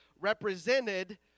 represented